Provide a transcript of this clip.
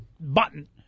button